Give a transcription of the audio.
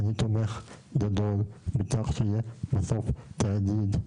תומך גדול בכך שיהיה בסוף תאגיד.